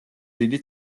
დიდი